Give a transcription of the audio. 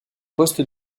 poste